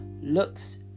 looks